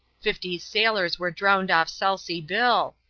fifty sailors were drowned off selsey bill.